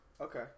Okay